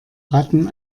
ratten